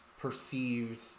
perceived